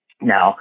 Now